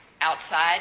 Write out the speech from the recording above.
Outside